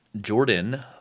Jordan